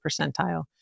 percentile